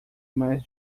mais